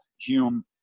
Hume